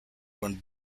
when